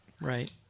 Right